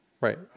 Right